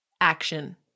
action